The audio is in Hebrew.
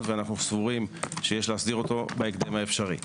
ואנו סבורים שיש להסדירו בהקדם האפשרי.